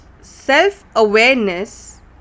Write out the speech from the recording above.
self-awareness